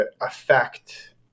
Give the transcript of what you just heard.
affect